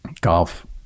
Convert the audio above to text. golf